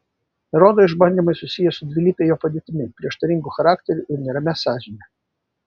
erodo išbandymai susiję su dvilype jo padėtimi prieštaringu charakteriu ir neramia sąžinę